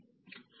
dSV E